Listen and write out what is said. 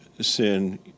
sin